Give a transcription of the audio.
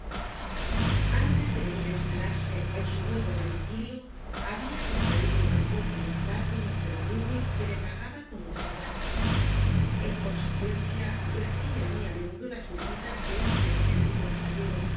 antes de venir á instalarse en su nuevo domicilio habia contraido una fuerte amistad con mr grimwig que le pagaba con otra igual en consecuencia recibe muy á menudo las visitas de este oscéntrico caballero